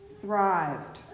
thrived